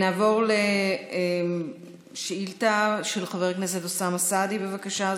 נעבור לשאילתה של חבר הכנסת אוסאמה סעדי, בבקשה.